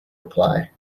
reply